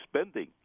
spending